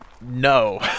no